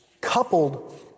coupled